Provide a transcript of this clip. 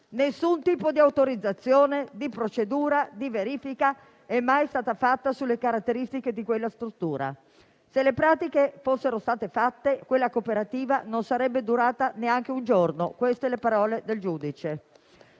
Nessun tipo di autorizzazione, di procedura e di verifica è mai stata fatta sulle caratteristiche di quella struttura». Se le pratiche fossero state fatte, quella cooperativa non sarebbe durata neanche un giorno. Queste le parole del giudice.